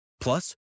Plus